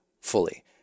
fully